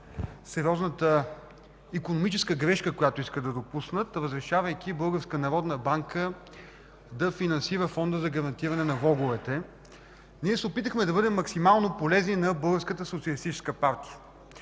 сериозната икономическа грешка, която искат да допуснат, разрешавайки Българската народна банка да финансира Фонда за гарантиране на влоговете. Ние се опитахме да бъдем максимално полезни на